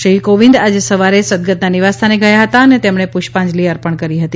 શ્રી કોવિંદ આજે સવારે સદગતના નિવાસસ્થાને ગયા હતા અને તેમણે પુષ્પાંજલિ અર્પણ કરી હતી